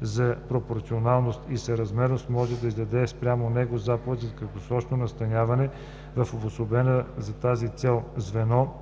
за пропорционалност и съразмерност може да издаде спрямо него заповед за краткосрочно настаняване в обособено за тази цел звено